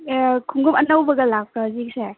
ꯑꯦ ꯈꯣꯡꯎꯞ ꯑꯅꯧꯕꯒ ꯂꯥꯛꯄ꯭ꯔꯥ ꯍꯧꯖꯤꯛꯁꯦ